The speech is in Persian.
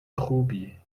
خوبیه